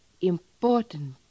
important